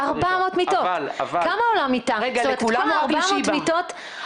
400 מיטות של שיבא.